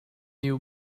new